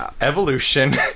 evolution